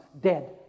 dead